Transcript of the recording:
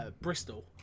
Bristol